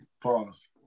Pause